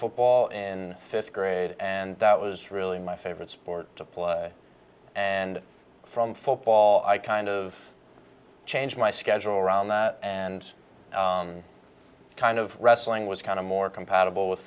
football in fifth grade and that was really my favorite sport to play and from football i kind of changed my schedule around and kind of wrestling was kind of more compatible with